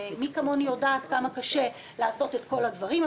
ומי כמוני יודעת כמה קשה לעשות את כל הדברים,